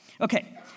Okay